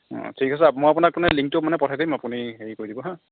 ঠিক আছে মই আপোনাক মানে লিংকটো মানে পঠাই দিম আপুনি হেৰি কৰি দিব হাঁ